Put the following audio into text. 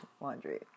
laundry